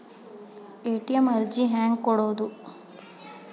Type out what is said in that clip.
ATM ಅರ್ಜಿ ಹೆಂಗೆ ಕೊಡುವುದು?